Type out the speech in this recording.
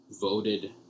voted